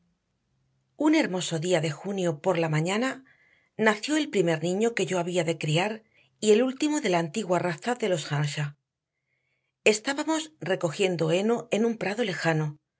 un hermoso día de junio por la mañana nació el primer niño que yo había de criar y el último de la antigua raza de los earnshaw estábamos recogiendo heno en un prado lejano